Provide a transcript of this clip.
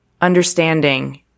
understanding